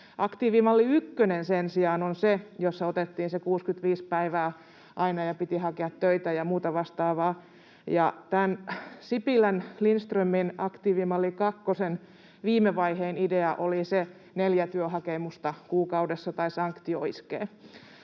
Aktiivimalli ykkönen sen sijaan on se, jossa otettiin aina se 65 päivää ja piti hakea töitä ja muuta vastaavaa. Tämän Sipilän—Lindströmin aktiivimalli kakkosen viime vaiheen idea oli se neljä työhakemusta kuukaudessa tai sanktio iskee.